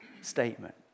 statement